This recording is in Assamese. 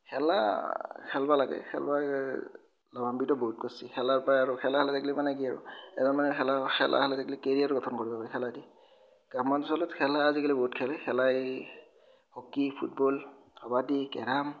খেলা খেলিব লাগে খেলাই লাভান্বিত বহুত কৰিছে খেলাৰ পৰাই আৰু খেলা খেলি থাকলি মানে কি আৰু খেলা খেলি থাকিলে কেৰিয়াৰ গঠন কৰিব পাৰি খেলায়েদি গ্ৰামাঞ্চলত খেলা আজিকালি বহুত খেলে খেলাই হকী ফুটবল কাবাডী কেৰম